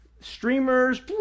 streamers